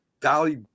Dolly